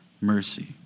mercy